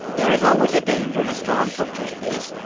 there is always danger in a storm such as this